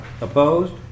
Opposed